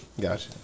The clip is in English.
Gotcha